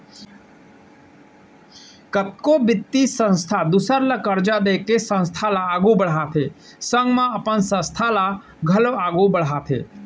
कतको बित्तीय संस्था दूसर ल करजा देके संस्था ल आघु बड़हाथे संग म अपन संस्था ल घलौ आघु बड़हाथे